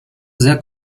sehr